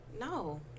No